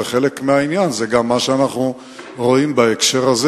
וחלק מהעניין זה גם מה שאנחנו רואים בהקשר הזה,